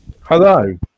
Hello